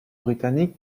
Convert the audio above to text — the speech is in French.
britannique